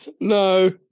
no